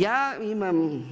Ja imam